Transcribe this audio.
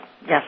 Yes